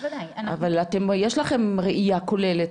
אבל יש לכם ראייה כוללת.